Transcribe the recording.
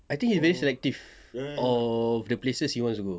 I think he very selective of the places he wants to go